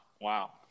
Wow